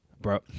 Bro